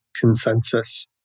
consensus